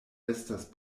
estas